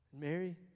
Mary